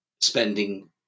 spending